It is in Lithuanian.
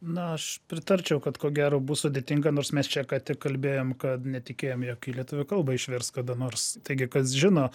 na aš pritarčiau kad ko gero bus sudėtinga nors mes čia ką tik kalbėjom kad netikėjom jog į lietuvių kalbą išvers kada nors taigi kas žino